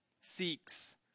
seeks